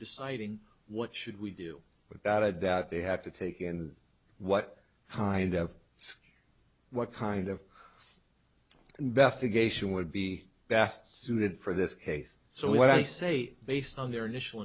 deciding what should we do without a doubt they have to take in what kind of scale what kind of investigation would be best suited for this case so when i say based on their initial